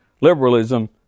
liberalism